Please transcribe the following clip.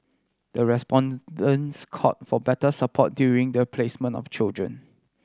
the respondents called for better support during the placement of children